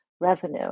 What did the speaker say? revenue